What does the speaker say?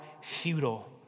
futile